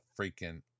freaking